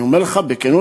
אני אומר לך בכנות,